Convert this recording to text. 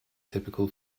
typical